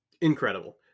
incredible